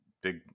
big